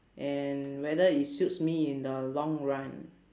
and whether it suits me in the long run